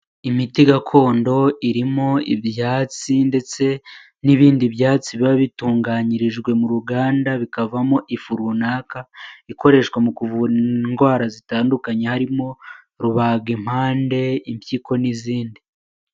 Imiti gakondo irimo ibyatsi ndetse n'ibindi byatsi biba bitunganyirijwe mu ruganda, bikavamo ifu runaka ikoreshwa mu kuvura indwara zitandukanye, harimo rubagimpande, impyiko n'izindi.